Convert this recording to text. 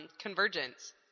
Convergence